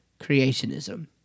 creationism